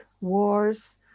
wars